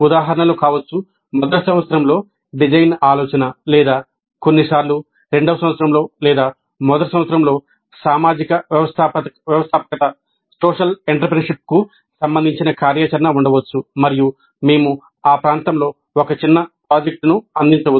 ఉదాహరణలు కావచ్చు మొదటి సంవత్సరంలో డిజైన్ ఆలోచన లేదా కొన్నిసార్లు రెండవ సంవత్సరంలో లేదా మొదటి సంవత్సరంలో సామాజిక వ్యవస్థాపకతకు సంబంధించిన కార్యాచరణ ఉండవచ్చు మరియు మేము ఆ ప్రాంతంలో ఒక చిన్న ప్రాజెక్ట్ను అందించవచ్చు